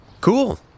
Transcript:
Cool